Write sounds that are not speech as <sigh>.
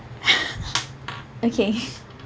<laughs> okay